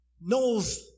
knows